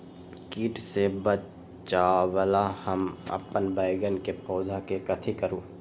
किट से बचावला हम अपन बैंगन के पौधा के कथी करू?